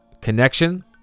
connection